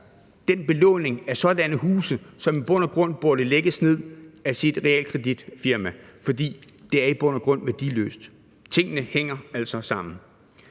den belåning af sådanne huse, som i bund og grund burde nedlægges, af sit realkreditfirma, fordi de i bund og grund er værdiløse. Tingene hænger altså sammen.